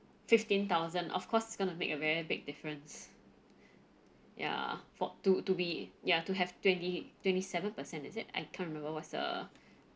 fifteen thousand of course gonna make a very big difference ya for to to be ya to have twenty twenty-seven percent is it I can't remember what's the